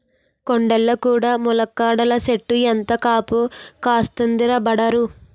కొండల్లో కూడా ములక్కాడల సెట్టు ఎంత కాపు కాస్తందిరా బదరూ